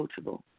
coachable